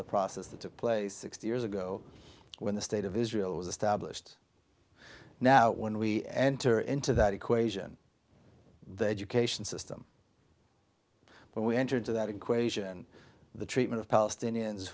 the process that took place sixty years ago when the state of israel was established now when we enter into that equation the education system but we enter into that equation the treatment of palestinians